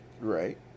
Right